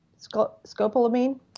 Scopolamine